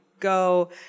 go